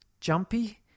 jumpy